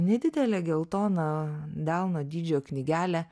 nedidelė geltona delno dydžio knygelė